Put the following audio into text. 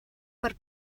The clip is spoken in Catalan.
per